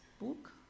book